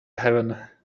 heaven